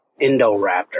Indoraptor